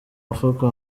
mufuka